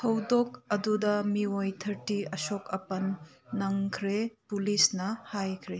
ꯊꯧꯗꯣꯛ ꯑꯗꯨꯗ ꯃꯤꯑꯣꯏ ꯊꯥꯔꯇꯤ ꯑꯁꯣꯛ ꯑꯄꯟ ꯅꯪꯈ꯭ꯔꯦ ꯄꯨꯂꯤꯁꯅ ꯍꯥꯏꯈ꯭ꯔꯦ